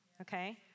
Okay